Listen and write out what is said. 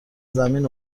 زمین